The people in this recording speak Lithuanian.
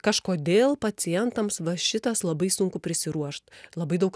kažkodėl pacientams va šitas labai sunku prisiruošt labai daug